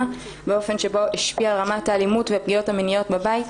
באופן שבו השפיע על רמת האלימות והפגיעות המיניות בבית,